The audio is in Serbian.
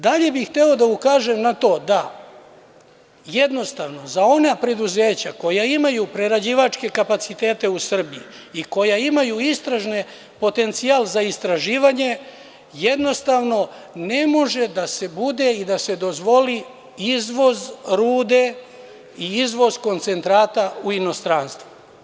Dalje bih hteo da ukažem na to da jednostavno za ona preduzeća koja imaju prerađivačke kapacitete u Srbiji i koja imaju istražni potencijal za istraživanje jednostavno ne može da se bude i da se dozvoli izvoz rude i izvoz koncentrata u inostranstvo.